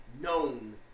known